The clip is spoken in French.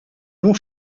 long